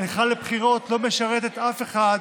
הליכה לבחירות לא משרתת אף אחד,